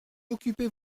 occupez